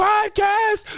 Podcast